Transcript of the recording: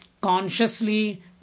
consciously